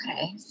Okay